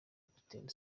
capitaine